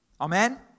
Amen